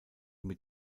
mit